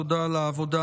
תודה על העבודה